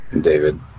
David